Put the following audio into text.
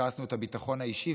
הקרסנו את הביטחון האישי,